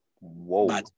Whoa